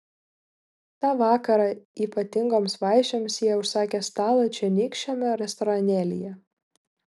tą vakarą ypatingoms vaišėms jie užsakė stalą čionykščiame restoranėlyje